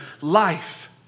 life